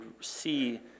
see